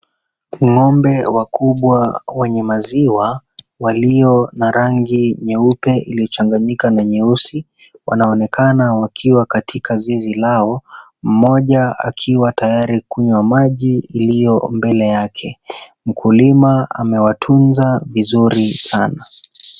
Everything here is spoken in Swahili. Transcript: Ng'ombe wakubwa wenye maziwa walio na rangi nyeupe iliyochanganyika na nyeusi wanaonekana wakiwa katika zizi lao mmoja akiwa tayari kunywa maji iliyo mbele yake mkulima amewatunza vizuri sana.